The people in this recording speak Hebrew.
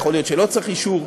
יכול להיות שלא צריך אישור.